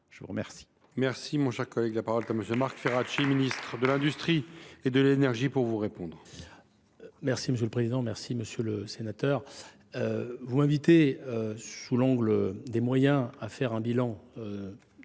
Je vous remercie